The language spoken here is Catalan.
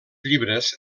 llibres